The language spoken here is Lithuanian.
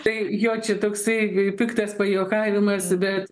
tai jo čia toksai piktas pajuokavimas bet